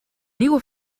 nieuwe